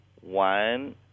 one